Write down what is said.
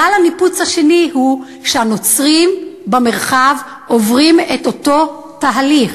גל הניפוץ השני הוא שהנוצרים במרחב עוברים את אותו תהליך